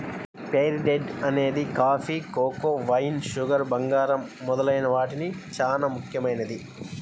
fair trade అనేది coffee, cocoa, wine, sugar, బంగారం మొదలైన వాటికి చానా ముఖ్యమైనది